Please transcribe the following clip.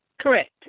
Correct